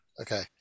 Okay